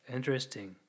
Interesting